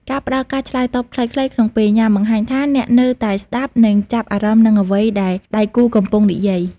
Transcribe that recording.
ការផ្ដល់ការឆ្លើយតបខ្លីៗក្នុងពេលញ៉ាំ បង្ហាញថាអ្នកនៅតែស្ដាប់ និងចាប់អារម្មណ៍នឹងអ្វីដែលដៃគូកំពុងនិយាយ។